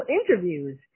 interviews